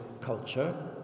culture